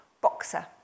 boxer